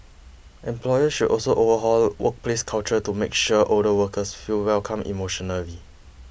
employers should also overhaul workplace culture to make sure older workers feel welcome emotionally